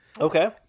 okay